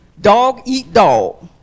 dog-eat-dog